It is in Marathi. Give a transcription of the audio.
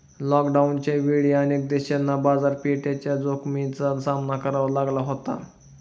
लॉकडाऊनच्या वेळी अनेक देशांना बाजारपेठेच्या जोखमीचा सामना करावा लागला होता